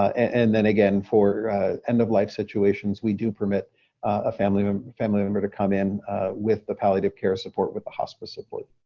and then again, for end of life situations, we do permit a family um family member to come in with the palliative care support, with the hospice